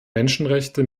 menschenrechte